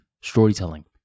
storytelling